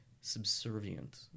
subservient